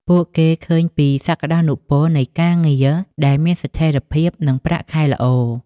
ពួកគេឃើញពីសក្តានុពលនៃការងារដែលមានស្ថិរភាពនិងប្រាក់ខែល្អ។